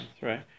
right